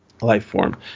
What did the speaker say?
life-form